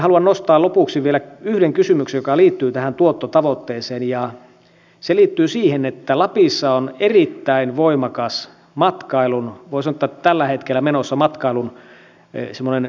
haluan nostaa lopuksi vielä yhden kysymyksen joka liittyy tähän tuottotavoitteeseen ja se liittyy siihen että lapissa on tällä hetkellä menossa erittäin voimakas matkailun semmoinen kasvuvaihe